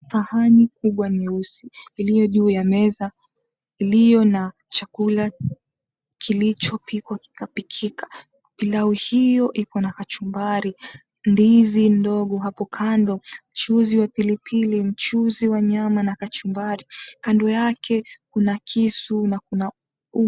Sahani kubwa nyeusi iliyojuu ya meza iliyo na chakula kilichopikwa kikapikika. Pilau hio iko na kachumbari, ndizi ndogo hapo kando, mchuzi wa pilipili, mchuzi wa nyama na kachumbari, kando yake kuna kisu na kuna uma.